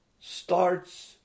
starts